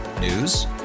News